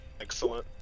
Excellent